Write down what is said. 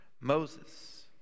Moses